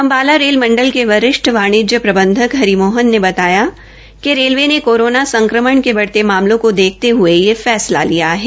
Ambala rail मंडल के वरिष्ठ वाणिज्य प्रबंधक हरिमोहन ने बताया कि रेलवे ने कोरोना संक्रमण के बढ़ते मामलों को देखते हये यह निर्णय लिया है